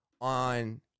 on